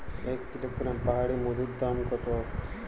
এক কিলোগ্রাম পাহাড়ী মধুর দাম কত?